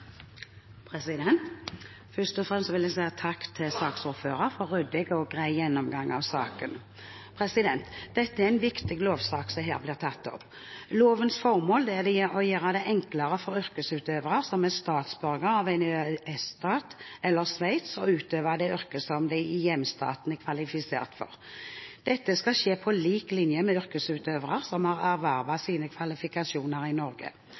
en viktig lovsak som her blir tatt opp. Lovens formål er å gjøre det enklere for yrkesutøvere som er statsborger av en EØS-stat eller Sveits, å utøve det yrket som de i hjemstaten er kvalifisert for. Dette skal skje på lik linje med yrkesutøvere som har ervervet sine kvalifikasjoner i Norge.